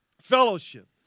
fellowship